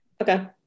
Okay